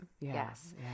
Yes